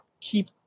keep